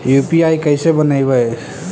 UPI कैसे बनइबै?